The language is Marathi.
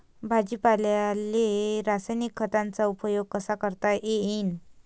भाजीपाल्याले रासायनिक खतांचा उपयोग कसा करता येईन?